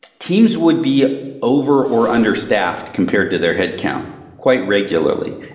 teams would be over or understaffed compared to their headcount quite regularly.